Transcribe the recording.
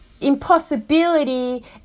impossibility